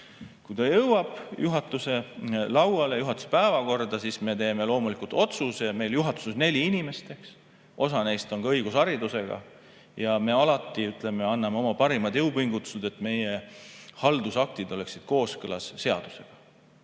Kui see jõuab juhatuse lauale, juhatuse päevakorda, siis me teeme loomulikult otsuse. Meil on juhatuses neli inimest, osa neist ka õigusharidusega. Me [teeme] alati oma parimad jõupingutused, et meie haldusaktid oleksid kooskõlas seadusega.